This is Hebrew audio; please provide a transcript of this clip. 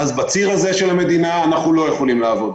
אז בציר הזה של המדינה, אנחנו לא יכולים לעבוד.